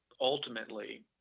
ultimately